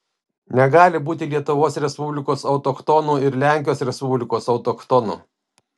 negali būti lietuvos respublikos autochtonų ir lenkijos respublikos autochtonų